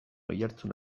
oihartzun